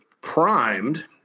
primed